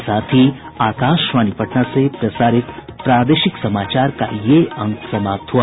इसके साथ ही आकाशवाणी पटना से प्रसारित प्रादेशिक समाचार का ये अंक समाप्त हुआ